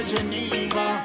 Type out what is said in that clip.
Geneva